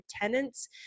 tenants